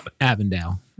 Avondale